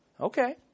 Okay